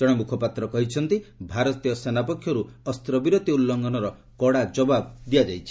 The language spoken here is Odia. ଜଣେ ମ୍ରଖପାତ୍ର କହିଛନ୍ତି' ଭାରତୀୟ ସେନା ପକ୍ଷରୁ ଅସ୍ତ୍ରବିରତି ଉଲ୍ଲଂଘନର କଡା ଜବାବ ଦିଆଯାଇଛି